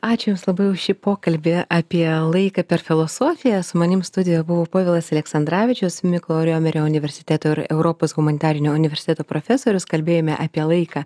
ačiū jums labai už šį pokalbį apie laiką per filosofiją su manim studijo buvo povilas aleksandravičius mykolo riomerio universiteto ir europos humanitarinio universiteto profesorius kalbėjome apie laiką